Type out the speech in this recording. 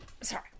Sorry